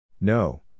No